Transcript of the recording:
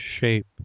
shape